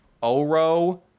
Oro